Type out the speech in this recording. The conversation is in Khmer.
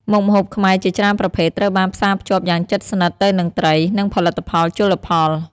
មុខម្ហូបខ្មែរជាច្រើនប្រភេទត្រូវបានផ្សារភ្ជាប់យ៉ាងជិតស្និទ្ធទៅនឹងត្រី និងផលិតផលជលផល។